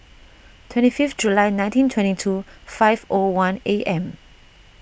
twenty fifth July nineteen twenty two five O one A M